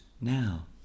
now